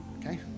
Okay